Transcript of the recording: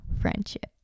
Friendship